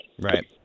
Right